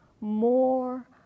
more